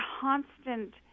constant